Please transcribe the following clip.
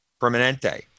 permanente